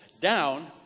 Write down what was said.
down